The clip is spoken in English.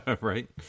Right